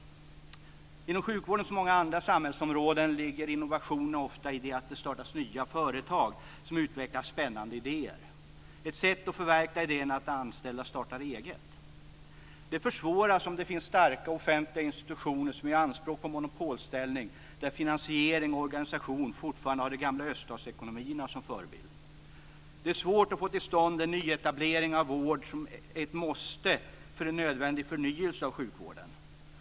Inom sjukvården, som på så många andra samhällsområden, ligger innovationerna ofta i att det startas nya företag som utvecklar spännande idéer. Ett sätt att förverkliga idéerna är att anställda startar eget. Det försvåras om det finns starka offentliga institutioner som gör anspråk på monopolställning där finansiering och organisation fortfarande har de gamla öststatsekonomierna som förebild. Det är svårt att få till stånd den nyetablering av vård som är ett måste för en nödvändig förnyelse av sjukvården.